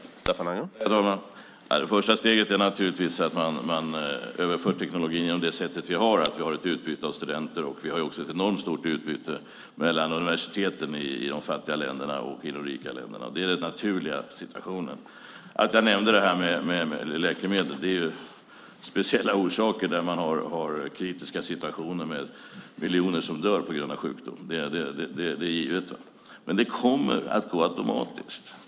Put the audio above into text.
Herr talman! Det första steget är naturligtvis att vi överför teknologin på det sätt vi gör. Vi har ett utbyte av studenter. Vi har också ett enormt stort utbyte mellan universiteten i de fattiga länderna och de rika länderna. Det är den naturliga situationen. Jag nämnde läkemedel av speciella orsaker. Det finns kritiska situationer med miljoner som dör på grund av sjukdom. Det kommer att gå automatiskt.